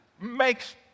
makes